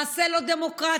מעשה לא דמוקרטי,